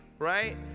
right